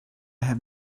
have